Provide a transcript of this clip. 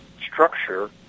structure